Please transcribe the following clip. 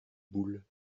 boules